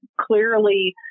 clearly